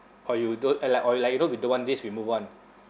or you don't uh like or like you know you don't want this we move on